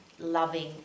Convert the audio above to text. loving